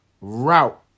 Route